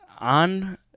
On